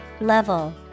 Level